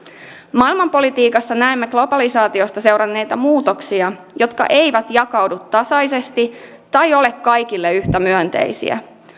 maailmanpolitiikassa näemme globalisaatiosta seuranneita muutoksia jotka eivät jakaudu tasaisesti tai ole kaikille yhtä myönteisiä